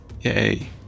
yay